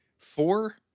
Four